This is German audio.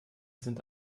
sind